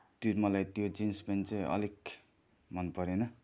त्यो मलाई त्यो जिन्स प्यान्ट चाहिँ अलिक मन परेन